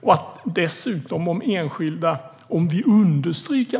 Om vi dessutom understryker